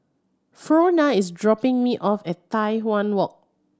Frona is dropping me off at Tai Hwan Walk